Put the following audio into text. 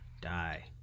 Die